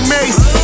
Mace